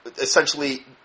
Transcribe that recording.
essentially